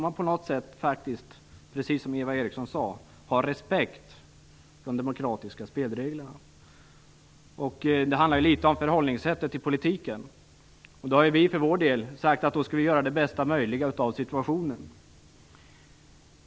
Man får då faktiskt, precis som Eva Eriksson sade, ha respekt för de demokratiska spelreglerna. Det handlar litet om förhållningssättet i politiken. Vi har för vår del sagt att vi skall göra det bästa möjliga av situationen.